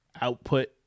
output